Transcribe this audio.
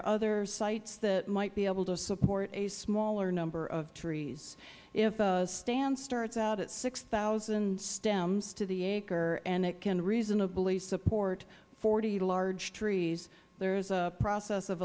are other sites that might be able to support a smaller number of trees if a stand starts out at six thousand stems to the acre and it can reasonably support forty large trees there is a process of